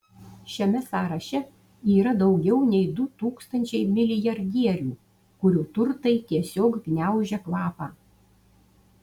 šiame sąraše yra daugiau nei du tūkstančiai milijardierių kurių turtai tiesiog gniaužia kvapą